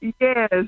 Yes